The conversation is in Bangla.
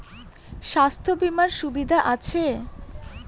স্বাস্থ্য বিমার সুবিধা আছে?